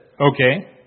Okay